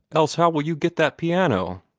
else how will you get that piano?